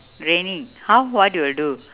raining how what you will do